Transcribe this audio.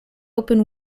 open